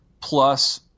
plus